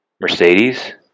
Mercedes